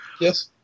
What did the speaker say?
Yes